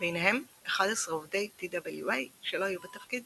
ביניהם 11 עובדי TWA שלא היו בתפקיד